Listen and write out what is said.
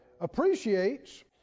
appreciates